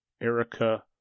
Erica